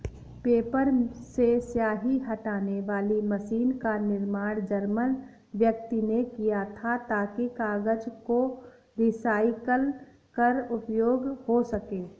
paper से स्याही हटाने वाली मशीन का निर्माण जर्मन व्यक्ति ने किया था ताकि कागज को रिसाईकल कर उपयोग हो सकें